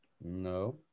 No